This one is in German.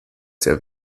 sehr